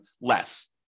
less